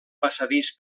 passadís